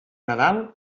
nadal